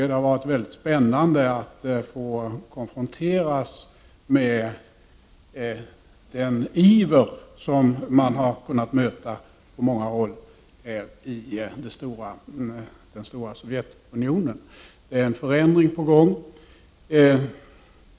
Det har varit väldigt spännande att få konfronteras med den iver som man har kunnat möta på många håll i det stora Sovjetunionen.